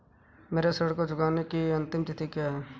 मेरे ऋण को चुकाने की अंतिम तिथि क्या है?